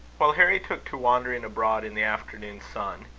while harry took to wandering abroad in the afternoon sun,